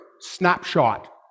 snapshot